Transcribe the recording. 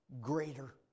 greater